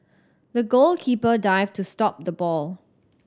the goalkeeper dived to stop the ball